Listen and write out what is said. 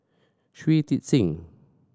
Shui Tit Sing